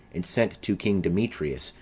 and sent to king demetrius,